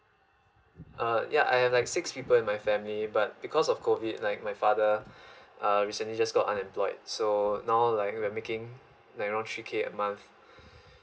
uh ya I have like six people in my family but because of COVID like my father uh recently just got unemployed so now like we're making around three K a month